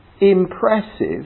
impressive